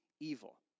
evil